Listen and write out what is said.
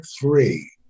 three